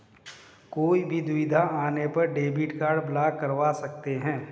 कोई भी दुविधा आने पर डेबिट कार्ड ब्लॉक करवा सकते है